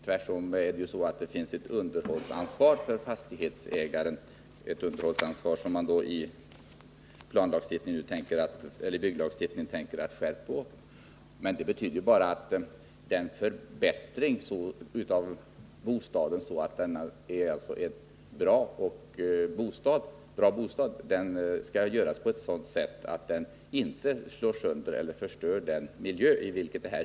Tvärtom finns det ett underhållsansvar för fastighetsägaren, vilket man i bygglagstiftningen avser att öka. Det här betyder bara att förbättringen av bostaden får göras så, att den inte förstör miljön.